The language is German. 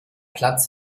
platz